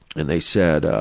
and they said,